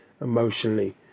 emotionally